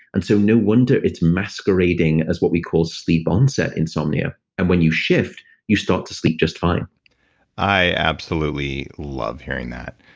and so no wonder it's masquerading as what we call sleep onset insomnia. and when you shift, you start to sleep just fine i absolutely love hearing that.